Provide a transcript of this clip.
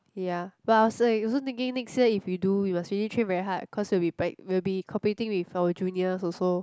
ya but I was like also thinking next year if we do we must really train very hard cause we will be prac~ we will be competing with our juniors also